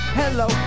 hello